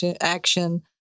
action